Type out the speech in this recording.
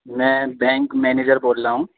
میں bank manager بول رہا ہوں